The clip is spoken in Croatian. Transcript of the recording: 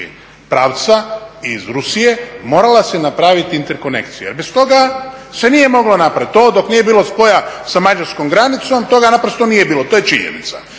pravca, iz Rusije morala se napraviti interkonekcija jer bez toga se nije moglo napraviti. To dok nije bilo spoja sa Mađarskom granicom toga naprosto nije bilo, to je činjenica.